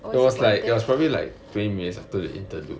or was it one ten